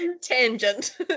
tangent